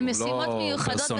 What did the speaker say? למשימות מיוחדות וחקיקה פרסונלית.